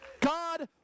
God